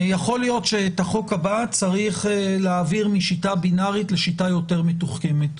יכול להיות שאת החוק הבא צריך להעביר משיטה בינארית לשיטה יותר מתוחכמת,